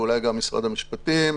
ואולי גם משרד המשפטים,